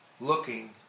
looking